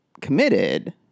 committed